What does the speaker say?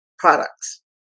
products